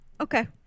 okay